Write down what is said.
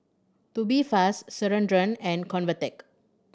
Tubifast Ceradan and Convatec